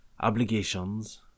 obligations